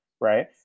right